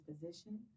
position